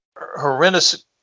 horrendous